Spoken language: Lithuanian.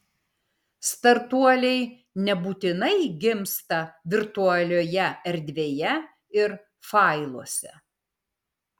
startuoliai nebūtinai gimsta virtualioje erdvėje ir failuose